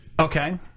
Okay